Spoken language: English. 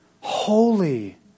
holy